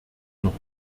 noch